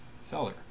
seller